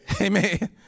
Amen